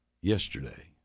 yesterday